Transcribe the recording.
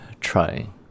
trying